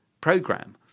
program